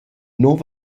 nus